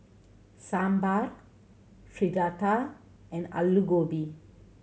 Sambar Fritada and Alu Gobi